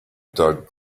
doug